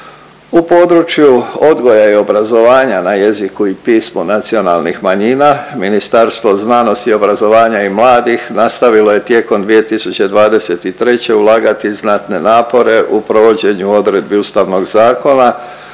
U području odgoja i obrazovanja na jeziku i pismu nacionalnih manjina Ministarstvo znanosti, obrazovanja i mladih nastavilo je tijekom 2023. ulagati znatne napore u provođenju odredbi Ustavnog zakona,